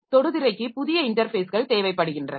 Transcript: தொடுதிரைக்கு புதிய இன்டர்ஃபேஸ்கள் தேவைப்படுகின்றன